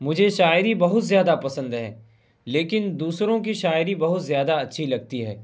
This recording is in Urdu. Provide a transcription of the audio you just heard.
مجھے شاعری بہت زیادہ پسند ہے لیکن دوسروں کی شاعری بہت زیادہ اچھی لگتی ہے